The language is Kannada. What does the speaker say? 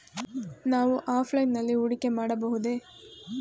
ನಾವು ಆಫ್ಲೈನ್ ನಲ್ಲಿ ಹೂಡಿಕೆ ಮಾಡಬಹುದೇ?